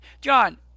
john